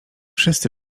wszyscy